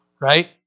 Right